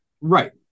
right